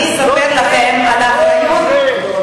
לא זה.